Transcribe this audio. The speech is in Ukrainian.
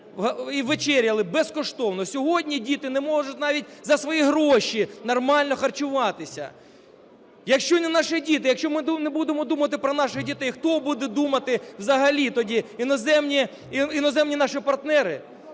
і вечеряли безкоштовно. Сьогодні діти не можуть навіть за свої гроші нормально харчуватися. Якщо не наші діти... якщо ми не будемо думати про наших дітей, хто буде думати взагалі тоді? Іноземні, іноземні наші партнери?